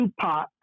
Tupac